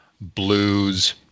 blues